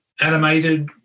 animated